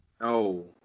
No